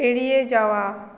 এড়িয়ে যাওয়া